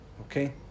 Okay